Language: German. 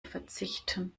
verzichten